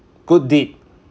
good deed